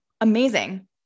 amazing